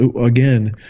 again